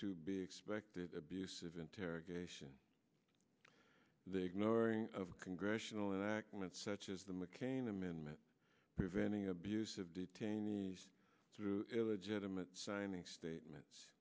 to be expected abusive interrogation the ignoring of congressional enactment such as the mccain amendment preventing abuse of detainees through illegitimate signing statements